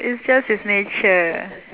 it's just his nature